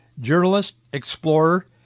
journalist-explorer